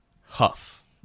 Huff